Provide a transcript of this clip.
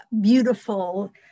beautiful